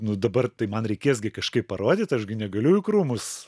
nu dabar tai man reikės gi kažkaip parodyt aš gi negaliu į krūmus